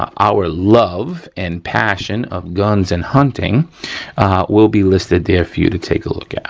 our love and passion of guns and hunting will be listed there for you to take a look at,